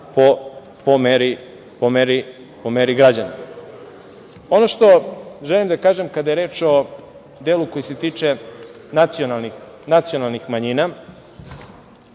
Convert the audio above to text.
po meri građana. Ono što želim da kažem kada je reč o delu koji se tiče nacionalnih manjina,